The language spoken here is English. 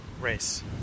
race